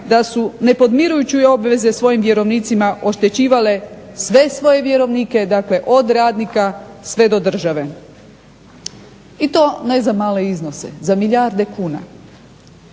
da su ne podmirujući obveze svojim vjerovnicima oštećivale sve svoje vjerovnike. Dakle od radnika sve do države i to ne za male iznose, za milijarde kuna.